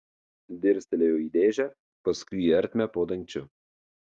dirstelėjo į dėžę paskui į ertmę po dangčiu